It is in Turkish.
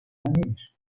nedir